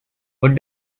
what